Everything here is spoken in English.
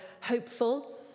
hopeful